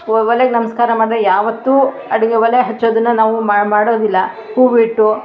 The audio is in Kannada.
ಒಲೆಗೆ ನಮಸ್ಕಾರ ಮಾಡದೇ ಯಾವತ್ತೂ ಅಡುಗೆ ಒಲೆ ಹಚ್ಚೋದನ್ನು ನಾವು ಮಾಡೋದಿಲ್ಲ ಹೂವಿಟ್ಟು